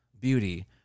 beauty